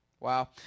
Wow